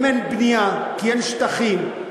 אם אין בנייה כי אין שטחים,